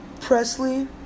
Presley